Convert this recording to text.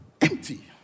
Empty